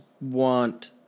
want